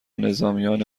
نظامیان